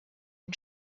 une